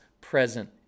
present